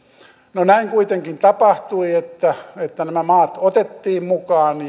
no näin kuitenkin tapahtui että että nämä maat otettiin mukaan